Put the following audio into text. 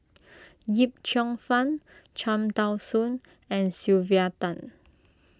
Yip Cheong Fun Cham Tao Soon and Sylvia Tan